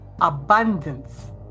abundance